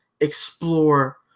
explore